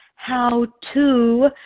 how-to